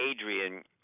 Adrian